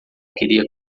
queria